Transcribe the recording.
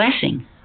blessing